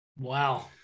wow